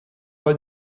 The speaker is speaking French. loi